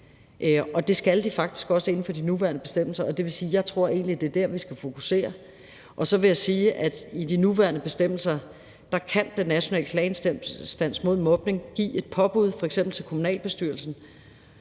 det skal de faktisk også inden for de nuværende bestemmelser. Det vil sige, at jeg egentlig tror, at det er det, vi skal fokusere på. Og så vil jeg sige, at i de nuværende bestemmelser kan Den Nationale Klageinstans mod Mobning give et påbud, f.eks. til kommunalbestyrelsen,